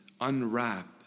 unwrap